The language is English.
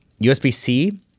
USB-C